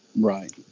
Right